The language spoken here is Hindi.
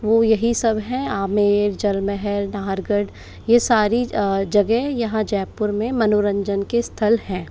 वो यही सब हैं आमेर जल महल नाहरगढ़ ये सारी जगह यहाँ जयपुर में मनोरंजन के स्थल हैं